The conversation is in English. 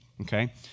okay